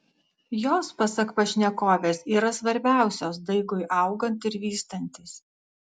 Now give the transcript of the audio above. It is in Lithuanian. jos pasak pašnekovės yra svarbiausios daigui augant ir vystantis